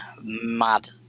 mad